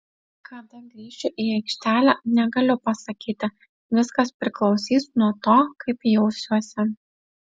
kada grįšiu į aikštelę negaliu pasakyti viskas priklausys nuo to kaip jausiuosi